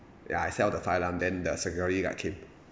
ya I set off the fire alarm then the security guard came